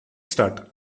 start